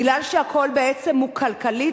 מכיוון שהכול בעצם הוא כלכלי,